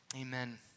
Amen